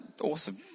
awesome